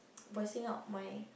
voicing out my